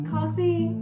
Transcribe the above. Coffee